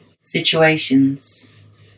situations